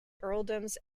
earldoms